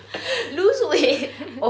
lose weight